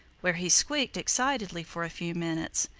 where he squeaked excitedly for a few minutes,